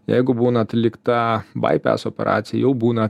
jeigu būna atlikta baipes operacija jau būna